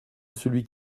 celui